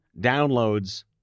downloads